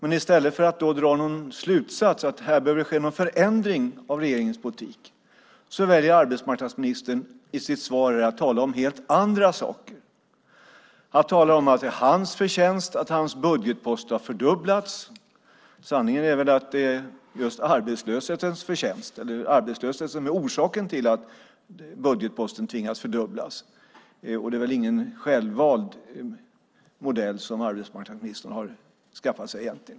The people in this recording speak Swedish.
Men i stället för att då dra slutsatsen att här behöver ske en förändring av regeringens politik väljer arbetsmarknadsministern att i sitt svar tala om helt andra saker. Han talar om att det är hans förtjänst att hans budgetpost har fördubblats. Sanningen är väl att det är just arbetslösheten som är orsaken till att man har tvingats fördubbla budgetposten. Det är väl ingen självvald modell som arbetsmarknadsministern har skaffat sig.